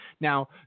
Now